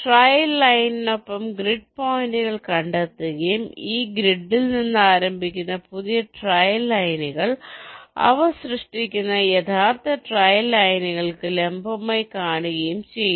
trial ലൈനിനൊപ്പം grid പോയിന്റുകൾ കണ്ടെത്തുകയും ഈ ഗ്രിഡിൽ നിന്ന് ആരംഭിക്കുന്ന പുതിയ ട്രയൽ ലൈനുകൾ അവ സൃഷ്ടിക്കുന്ന യഥാർത്ഥ ട്രയൽ ലൈനുകൾക്ക് ലംബമായി കാണുകയും ചെയ്യുന്നു